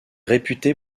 réputé